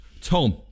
Tom